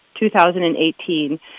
2018